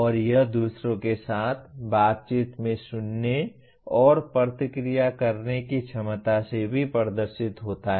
और यह दूसरों के साथ बातचीत में सुनने और प्रतिक्रिया करने की क्षमता से भी प्रदर्शित होता है